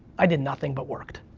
i did nothing but worked.